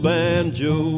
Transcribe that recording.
banjo